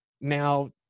now